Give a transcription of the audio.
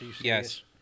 yes